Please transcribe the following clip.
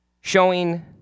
showing